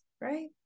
right